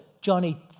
Johnny